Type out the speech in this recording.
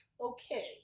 okay